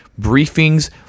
briefings